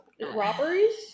robberies